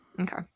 Okay